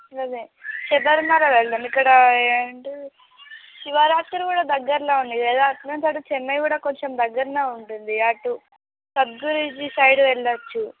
సరే శబరిమల వెళదాం ఇక్కడ ఏమంటే శివరాత్రి కూడా దగ్గరలో ఉంది కదా అటు నుంచి అటు చెన్నై కూడా కొంచెం దగ్గరగానే ఉంటుంది అటు సద్గురూజీ సైడు వెళ్ళ వచ్చు